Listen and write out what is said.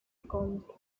recorded